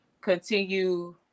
continue